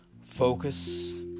Focus